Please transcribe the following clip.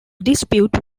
dispute